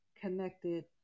connected